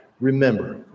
remember